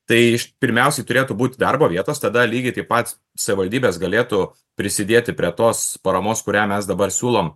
tai pirmiausiai turėtų būti darbo vietos tada lygiai taip pat savivaldybės galėtų prisidėti prie tos paramos kurią mes dabar siūlom